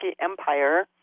Empire